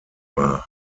war